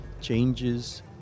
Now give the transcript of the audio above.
changes